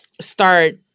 start